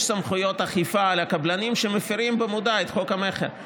סמכויות אכיפה על הקבלנים שמפירים במודע את חוק המכר,